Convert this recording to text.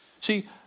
See